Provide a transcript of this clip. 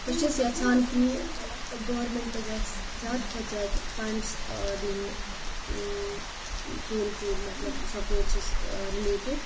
بہٕ چھَس یَژھان کہِ گورمٮ۪نٛٹہٕ گَژھِ زیادٕ کھۄتہٕ زیادٕ فَنٛڈٕس دِنۍ کھیل کوٗد مَطلَب سَپورٹسَس رِلیٹِڈ